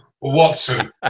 Watson